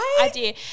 idea